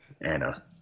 Anna